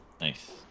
nice